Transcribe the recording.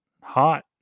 hot